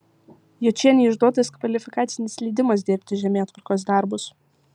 juočienei išduotas kvalifikacinis leidimas dirbti žemėtvarkos darbus